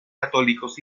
católicos